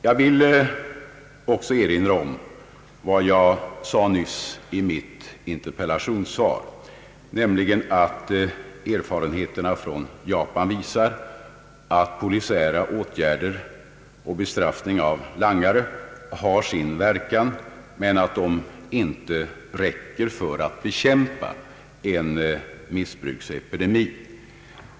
Jag vill också erinra om vad jag nyss framhöll i mitt interpellationssvar, nämligen att erfarenheterna från Japan visar att polisiära åtgärder och bestraffningar av langare har sin verkan men att de inte räcker för att bekämpa en missbruksepidemi.